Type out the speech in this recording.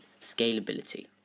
scalability